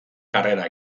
karrera